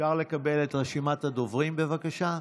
אפשר לקבל את רשימת הדוברים, בבקשה?